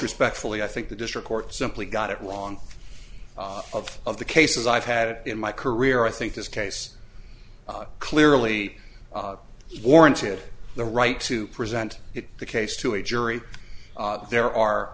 respectfully i think the district court simply got it wrong of the cases i've had it in my career i think this case clearly warranted the right to present the case to a jury there are